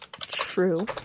True